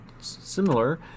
similar